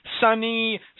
sunny